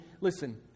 Listen